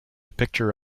picture